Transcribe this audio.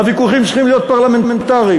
והוויכוחים צריכים להיות פרלמנטריים.